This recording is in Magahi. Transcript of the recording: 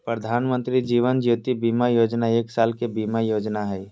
प्रधानमंत्री जीवन ज्योति बीमा योजना एक साल के बीमा योजना हइ